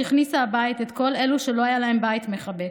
שהכניסה הביתה את כל אלו שלא היה להם בית מחבק,